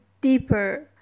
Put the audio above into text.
deeper